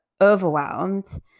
overwhelmed